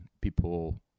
people